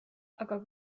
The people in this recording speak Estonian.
aga